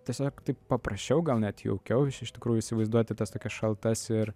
tiesiog taip paprasčiau gal net jaukiau iš iš tikrųjų įsivaizduoti tas tokias šaltas ir